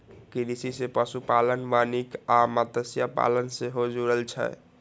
कृषि सं पशुपालन, वानिकी आ मत्स्यपालन सेहो जुड़ल छै